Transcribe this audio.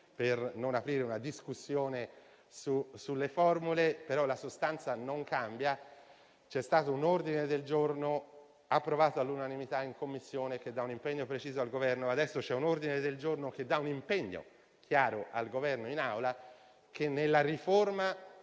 per non aprire una discussione sulle formule, ma la sostanza non cambia. C'è stato un ordine del giorno approvato all'unanimità in Commissione che dà un impegno preciso al Governo e adesso c'è un ordine del giorno che dà un impegno chiaro al Governo in Aula: nella riforma